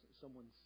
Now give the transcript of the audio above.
someone's